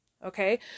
Okay